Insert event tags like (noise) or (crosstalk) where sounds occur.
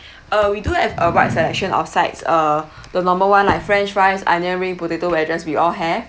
(breath) uh we do have a wide selection of sides uh the normal one like french fries onion ring potato wedges we all have